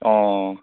অঁ